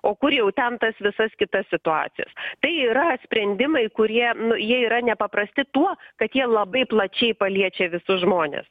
o kur jau ten tas visas kitas situacijas tai yra sprendimai kurie nu jie yra nepaprasti tuo kad jie labai plačiai paliečia visus žmones